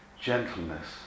gentleness